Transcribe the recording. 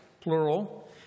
plural